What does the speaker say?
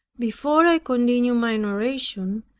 before i continue my narration,